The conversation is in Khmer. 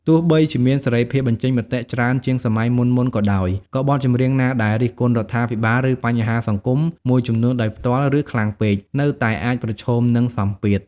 ទោះបីជាមានសេរីភាពបញ្ចេញមតិច្រើនជាងសម័យមុនៗក៏ដោយ ក៏បទចម្រៀងណាដែល រិះគន់រដ្ឋាភិបាល ឬបញ្ហាសង្គម មួយចំនួនដោយផ្ទាល់ ឬខ្លាំងពេក នៅតែអាចប្រឈមនឹងសម្ពាធ។